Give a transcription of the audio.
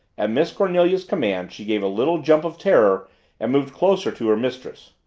at miss cornelia's command she gave a little jump of terror and moved closer to her mistress.